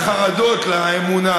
חשפת אותי בקלוני,